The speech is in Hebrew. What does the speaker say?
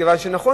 מכיוון שנכון,